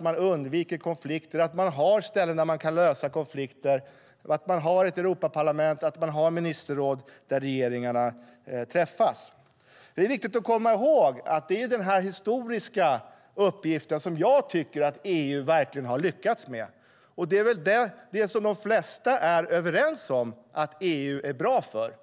varandra och undviker konflikter. Att man har ställen där man kan lösa konflikter, att man har ett Europaparlament och att man har ett ministerråd där regeringarna träffas bidrar till att man undviker konflikter. Det är viktigt att komma ihåg denna historiska uppgift som jag tycker att EU verkligen har lyckats med, och det är väl den som de flesta är överens om att EU är bra för.